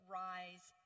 rise